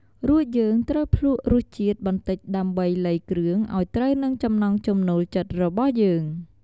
រួចយើងត្រូវភ្លក់រសជាតិបន្តិចដើម្បីលៃគ្រឿងឲ្យត្រូវនឹងចំណង់ចំណូលចិត្តរបស់យើង។